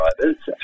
drivers